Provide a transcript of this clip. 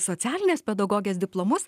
socialinės pedagogės diplomus